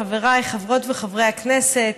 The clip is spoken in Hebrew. חבריי חברות וחברי הכנסת,